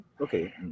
Okay